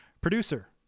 Producer